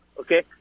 Okay